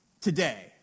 Today